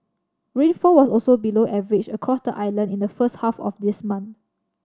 rainfall was also below average across the island in the first half of this month